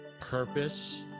purpose